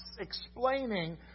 explaining